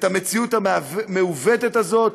את המציאות המעוותת הזאת,